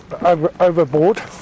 overboard